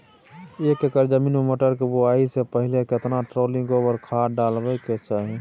एक एकर जमीन में मटर के बुआई स पहिले केतना ट्रॉली गोबर खाद डालबै के चाही?